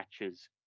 matches